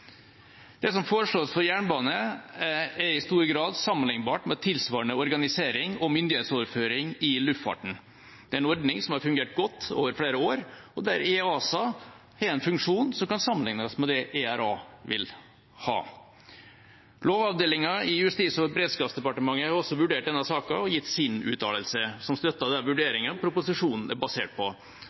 det. Det som foreslås for jernbane, er i stor grad sammenlignbart med tilsvarende organisering og myndighetsoverføring i luftfarten. Det er en ordning som har fungert godt over flere år, og der EASA har en funksjon som kan sammenlignes med det ERA vil ha. Lovavdelingen i Justis- og beredskapsdepartementet har også vurdert denne saken og gitt sin uttalelse, som støtter den vurderingen proposisjonen er basert på.